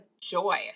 joy